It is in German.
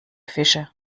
fische